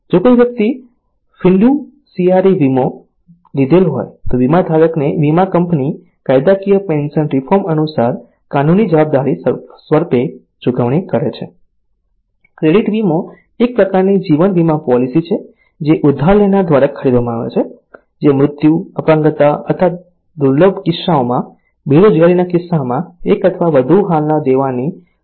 જો કોઈ વ્યક્તિ ફીડુંસીયારી વીમો લીધેલ હોય તો વીમાધારકને વીમા કંપની કાયદાકીય પેન્શન રિફોર્મ અનુસાર કાનૂની જવાબદારી સ્વર્પે ચુકવણી કરે છે ક્રેડિટ વીમો એ એક પ્રકારની જીવન વીમા પોલિસી છે જે ઉધાર લેનાર દ્વારા ખરીદવામાં આવે છે જે મૃત્યુ અપંગતા અથવા દુર્લભ કિસ્સાઓમાં બેરોજગારીના કિસ્સામાં એક અથવા વધુ હાલના દેવાની ચૂકવણી કરે છે